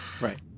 Right